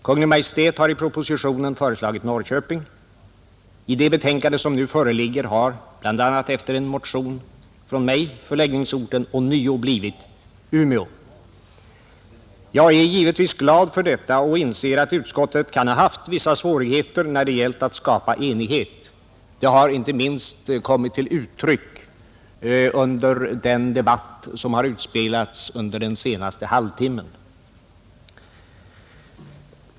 Kungl. Maj:t har nu i propositionen föreslagit Norrköping. I det betänkande som föreligger har dock, bl, a. efter en motion från mig, förläggningsorten ånyo blivit Umeå, Jag är givetvis glad för detta och inser att utskottet kan ha haft vissa svårigheter när det gällt att skapa enighet. Det har inte minst kommit till uttryck i den debatt som utspelats under den senaste halvtimmen.